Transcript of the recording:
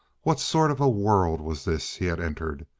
what sort of a world was this he had entered,